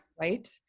Right